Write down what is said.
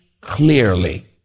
clearly